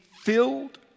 filled